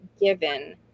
given